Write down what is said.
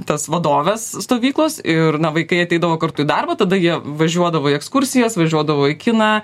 tas vadoves stovyklos ir na vaikai ateidavo kartu į darbą tada jie važiuodavo į ekskursijas važiuodavo į kiną